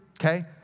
okay